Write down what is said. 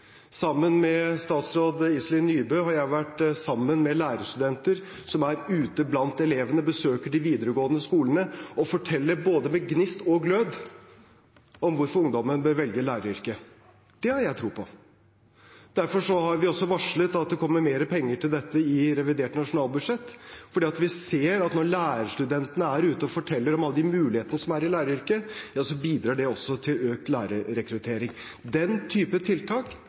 Sammen med statsråd Iselin Nybø har jeg vært sammen med lærerstudenter som er ute blant elevene og besøker de videregående skolene og forteller både med gnist og glød om hvorfor ungdom bør velge læreryrket. Det har jeg tro på. Derfor har vi også varslet at det kommer mer penger til dette i revidert nasjonalbudsjett. For vi ser at når lærerstudentene er ute og forteller om alle mulighetene som er i læreryrket, bidrar det til økt lærerrekruttering. Den typen tiltak